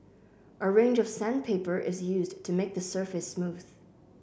a range of sandpaper is used to make the surface smooth